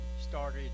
started